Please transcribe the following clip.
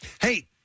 Hey